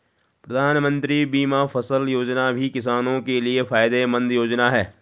प्रधानमंत्री बीमा फसल योजना भी किसानो के लिये फायदेमंद योजना है